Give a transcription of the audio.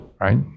right